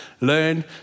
Learn